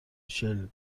ریچل